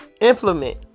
Implement